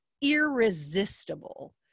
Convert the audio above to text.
irresistible